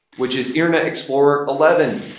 which is internet explorer eleven.